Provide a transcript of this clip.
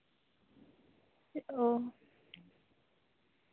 ᱚᱸᱻ